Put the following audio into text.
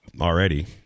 already